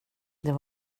det